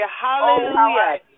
hallelujah